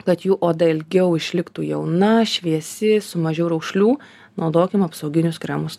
kad jų oda ilgiau išliktų jauna šviesi su mažiau raukšlių naudokim apsauginius kremus